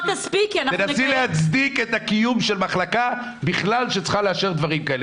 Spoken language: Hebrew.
תנסי להצדיק את הקיום של מחלקה בכלל שצריכה לאשר דברים כאלה.